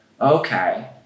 okay